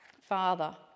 father